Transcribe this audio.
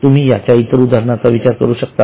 तुम्ही याच्या इतर उदाहरणाचा विचार करू शकता का